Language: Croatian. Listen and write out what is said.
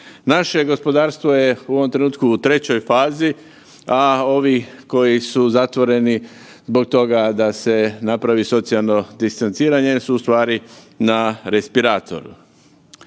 Naše gospodarstvo je u ovom trenutku u trećoj fazi, a ovi koji su zatvoreni zbog toga da se napravi socijalno distanciranje su u stvari na respiratoru.